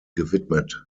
gewidmet